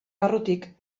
barrutik